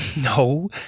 No